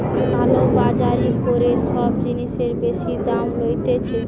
কালো বাজারি করে সব জিনিসের বেশি দাম লইতেছে